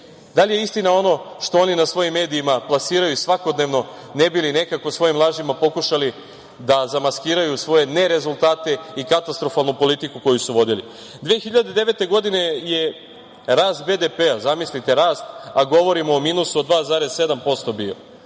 da li je istina ono što oni na svojim medijima plasiraju svakodnevno, ne bi li nekako svojim lažima pokušali da zamaskiraju svoje ne rezultate i katastrofalnu politiku koju su vodili. Godine 2009. je rast BPD-a, zamislite rast, a govorimo o minusu od 2,7% bio.